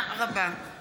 הודעה למזכירת